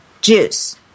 juice